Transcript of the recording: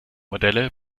modelle